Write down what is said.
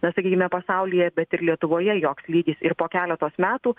na sakykime pasaulyje bet ir lietuvoje joks lygis ir po keletos metų